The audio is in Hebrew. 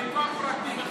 ביתו הפרטי,